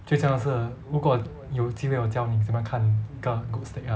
最重要是如果有机会我教你怎么样看一个 good steak lah